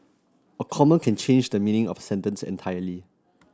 a comma can change the meaning of sentence entirely